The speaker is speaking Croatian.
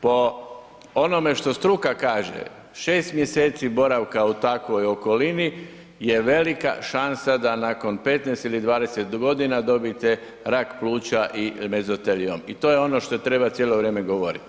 Po onome što struka kaže, 6 mj. boravka u takvoj okolini je velika šansa da nakon 15 ili 20 g. dobijete rak pluća i mezoteliom i to je ono što treba cijelo vrijeme govoriti.